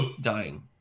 Dying